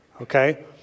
okay